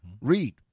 Read